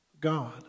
God